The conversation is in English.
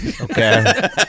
okay